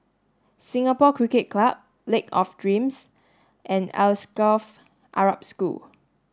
Singapore Cricket Club Lake of Dreams and Alsagoff Arab School